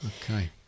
Okay